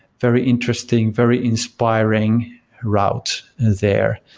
very interesting, very inspiring route there.